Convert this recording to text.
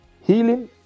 Healing